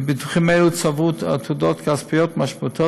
ביטוחים אלו צברו עתודות כספיות משמעותיות